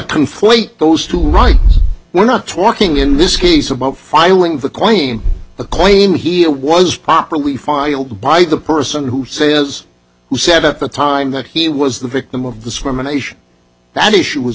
conflate those two right we're not talking in this case about filing the claim the claim here was properly filed by the person who say is who said at the time that he was the victim of discrimination that issue was